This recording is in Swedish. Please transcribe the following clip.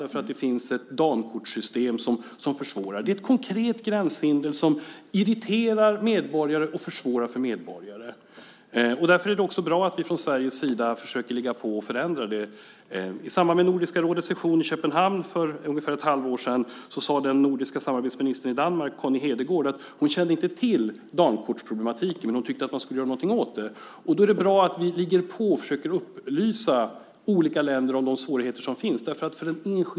Det finns ett Dankortssystem som försvårar. Det är ett konkret gränshinder som irriterar medborgare och försvårar för dem. Därför är det också bra att vi från Sveriges sida försöker ligga på och förändra det. I samband med Nordiska rådets session i Köpenhamn för ungefär ett halvår sedan sade Danmarks minister för nordiskt samarbete, Conny Hedegaard, att hon inte kände till Dankortsproblematiken, men tyckte att man borde göra någonting åt den. Det är bra att vi ligger på och försöker upplysa olika länder om de svårigheter som finns.